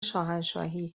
شاهنشاهی